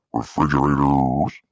refrigerators